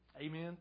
Amen